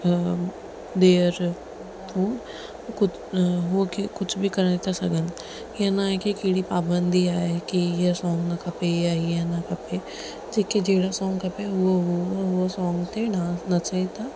अ डेअर हूअ की कुझु बि करे था सघनि हीअं नाहे की कहिड़ी पाबंदी आहे की हीअ सॉन्ग न खपे या हे न खपे जंहिंखे जहिड़ो सॉन्ग खपे उहो हो उहो सॉन्ग ते डांस नचे त